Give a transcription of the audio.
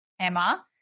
Emma